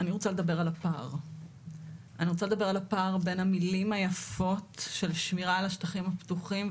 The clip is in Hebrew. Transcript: אני רוצה לדבר על הפער בין המילים היפות של שמירה על השטחים הפתוחים,